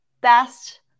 best